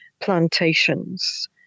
plantations